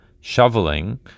shoveling